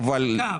דקה.